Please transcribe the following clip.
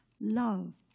love